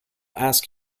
ask